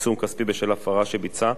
עיצום כספי בשל הפרה שביצע,